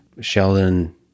Sheldon